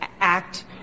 Act